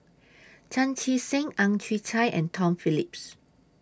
Chan Chee Seng Ang Chwee Chai and Tom Phillips